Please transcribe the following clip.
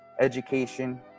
education